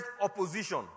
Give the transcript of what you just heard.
opposition